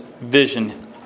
vision